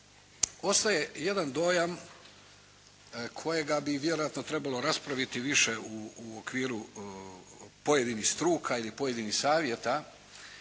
ostaje jedan dojam kojega bi vjerojatno trebalo raspraviti više u okviru pojedinih struka ili pojedinih savjeta